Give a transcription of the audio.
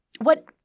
What-